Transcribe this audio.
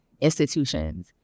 institutions